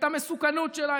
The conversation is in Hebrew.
את המסוכנות שלה,